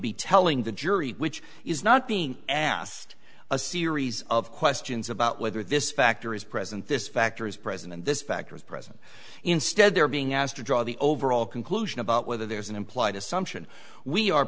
be telling the jury which is not being asked a series of questions about whether this factor is present this factor is present in this factor is present instead they're being asked to draw the overall conclusion about whether there's an implied assumption we are